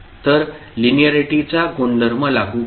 तर लिनिअरिटीचा गुणधर्म लागू करू